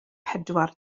pedwar